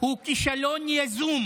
הוא כישלון יזום.